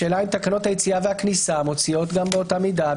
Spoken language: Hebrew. השאלה אם תקנות היציאה והכניסה מוציאות באותה מידה,